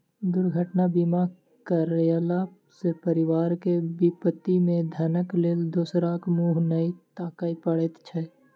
दुर्घटना बीमा करयला सॅ परिवार के विपत्ति मे धनक लेल दोसराक मुँह नै ताकय पड़ैत छै